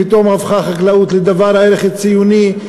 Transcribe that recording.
פתאום הפכה החקלאות לדבר בעל ערך ציוני.